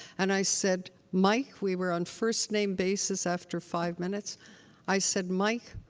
and i said, mike we were on first-name basis after five minutes i said, mike,